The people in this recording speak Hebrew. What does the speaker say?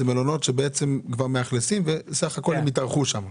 זה מלונות שבעצם כבר מאכלסים וסך הכול הם יתארחו שם.